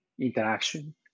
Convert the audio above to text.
interaction